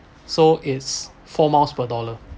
so it's four miles per dollar